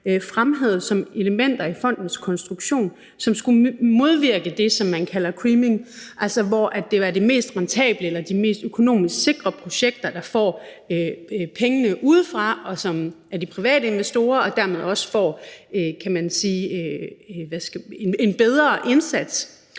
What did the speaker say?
fremhævet som de elementer i fondens konstruktion, som skulle modvirke det, som man kalder creaming, altså hvor det jo er de mest rentable eller de mest økonomisk sikre projekter, der får pengene udefra, af de private investorer, og dermed også får en bedre indsats